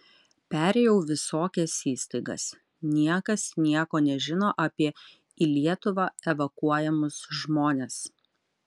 perėjau visokias įstaigas niekas nieko nežino apie į lietuvą evakuojamus žmones